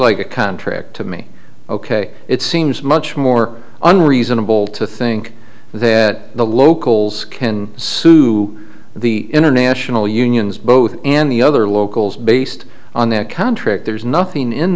like a contract to me ok it seems much more unreasonable to think that the locals can sue the international unions both in the other locals based on their contract there's nothing in